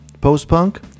post-punk